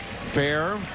Fair